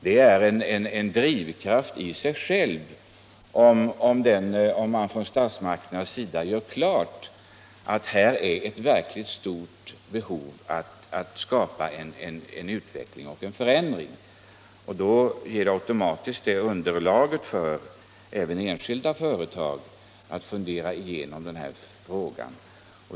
Det är en drivkraft i sig självt om man från statsmakternas sida gör klart att det finns ett verkligt stort behov av att skapa utveckling och förändring. Sådant agerande ger automatiskt även enskilda företag anledning att fundera igenom denna fråga.